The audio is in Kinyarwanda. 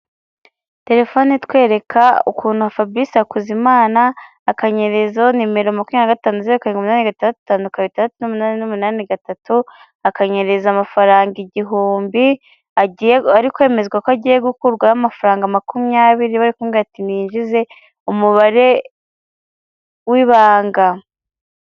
Telefone itwereka ukuntu Fabrice Hakuzimana akanyerezaho nimero makumyabiri na gatanu, zeru karindwi umunani, gatandatanu, umunani umunani, gatatu, akanyereza amafaranga igihumbi agiye kwishyura, ari kwemeza ko agiye gukurwaho amafaranga makumyabiri, bari kumubwira bati niyinjize umubare w'ibanga.